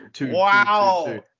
Wow